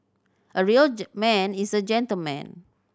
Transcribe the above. a real man is a gentleman